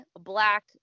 black